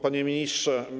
Panie Ministrze!